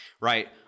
Right